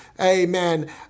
amen